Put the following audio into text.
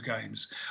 games